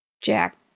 Jack